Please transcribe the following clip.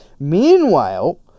Meanwhile